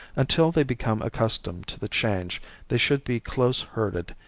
until they become accustomed to the change they should be close herded,